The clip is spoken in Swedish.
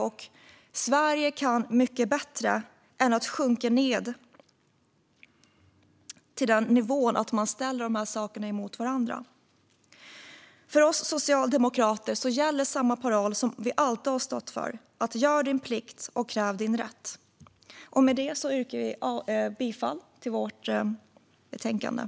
Och Sverige kan mycket bättre än att sjunka ned till den nivån att man ställer dessa saker mot varandra. Skattereduktion för avgift till arbetslös-hetskassa För oss socialdemokrater gäller samma paroll som vi alltid har stått för: Gör din plikt, och kräv din rätt! Med detta yrkar jag bifall till utskottets förslag i betänkandet.